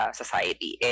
society